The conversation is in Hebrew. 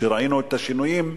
שראינו את השינויים,